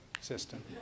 system